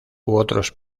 otros